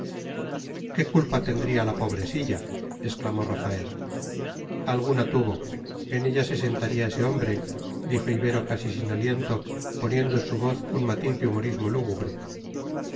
qué culpa tendría la pobre silla exclamó rafaela alguna tuvo en ella se sentaría ese hombre dijo ibero casi sin aliento poniendo en su voz un matiz de humorismo lúgubre